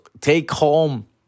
take-home